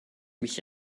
mich